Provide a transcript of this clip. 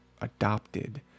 adopted